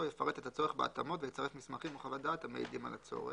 יפרט את הצורך בהתאמות ויצרף מסמכים או חוות דעת המעידים על הצורך".